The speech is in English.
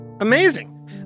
Amazing